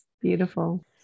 beautiful